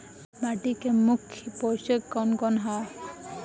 माटी में मुख्य पोषक कवन कवन ह?